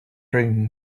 bring